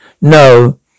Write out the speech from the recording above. No